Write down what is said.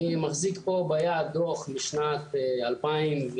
אני מחזיק פה ביד דוח משנת 2001,